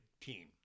team